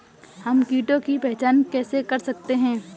हम कीटों की पहचान कैसे कर सकते हैं?